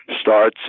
starts